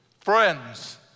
friends